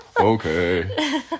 okay